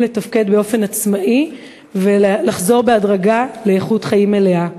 לתפקד באופן עצמאי ולחזור בהדרגה לאיכות חיים מלאה.